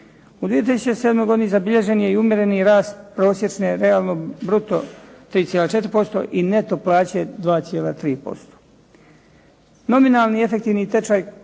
U 2007. godini zabilježen je i umjereni rast prosječne realno bruto 3,4% i neto plaće 2,3%. Nominalni efektivni tečaj